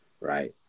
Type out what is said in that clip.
Right